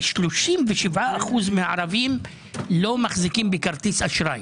ו-37% מהערבים לא מחזיקים כרטיס אשראי.